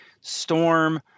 Storm